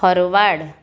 forward